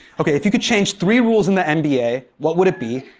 okay, if you could change three rules in the nba, what would it be?